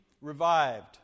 revived